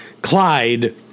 Clyde